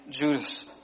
Judas